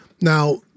Now